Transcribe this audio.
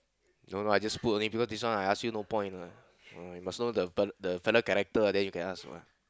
I don't know I just put only because this one I ask you no point what you must know the fella character then you can ask what